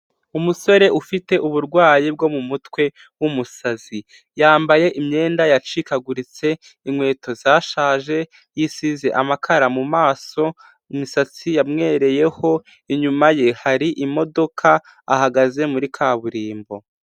Umusore ufite uburwayi bwo mu mutwe w'umusazi, yambaye imyenda yacikaguritse, inkweto zashaje, yisize amakara mu maso, imisatsi yamwereyeho, inyuma ye hari imodoka, ahagaze muri kaburimbo.